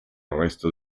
resto